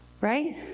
right